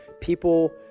people